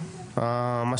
ברווחה וכן הלאה.